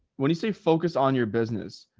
when you say focus on your business,